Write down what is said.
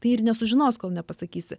tai ir nesužinos kol nepasakysi